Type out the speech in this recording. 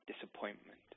disappointment